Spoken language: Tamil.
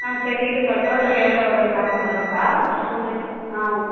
ஆ சரி இருப்பா டோட்டல் எவ்வளோ வருதுன்னு பார்த்து சொல்கிறேன்ப்பா டூ மினிட்ஸ் ஆ